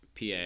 PA